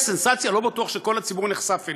יש סנסציה, לא בטוח שכל הציבור נחשף אליה.